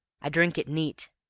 i drink it neat,